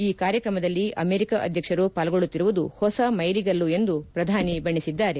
ಈ ಕಾರ್ಯಕ್ರಮದಲ್ಲಿ ಅಮೆರಿಕ ಅಧ್ಯಕ್ಷರು ಪಾಲ್ಗೊಳ್ಟುತ್ತಿರುವುದು ಹೊಸ ಮೈಲಿಗಲ್ಲು ಎಂದು ಪ್ರಧಾನಿ ಬಣ್ಣಿಸಿದ್ದಾರೆ